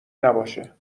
نباشه